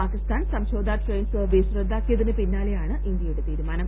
Pakistan Samjhauta train service റദ്ദാക്കിയതിന് പിന്നാലെയാണ് ഇന്ത്യയുടെ തീരുമാനം